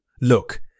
Look